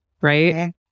Right